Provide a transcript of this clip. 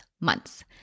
months